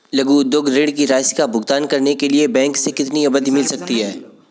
लघु उद्योग ऋण की राशि का भुगतान करने के लिए बैंक से कितनी अवधि मिल सकती है?